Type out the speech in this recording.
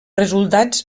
resultats